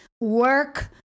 work